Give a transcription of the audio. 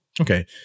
okay